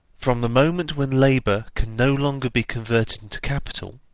from the moment when labour can no longer be converted into capital,